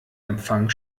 empfang